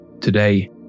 Today